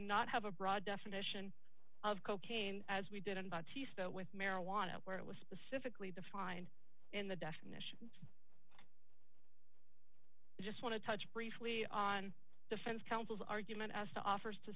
not have a broad definition of cocaine as we did in battiste with marijuana where it was specifically defined in the definition just want to touch briefly on defense counsel's argument as to offers to